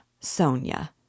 Sonia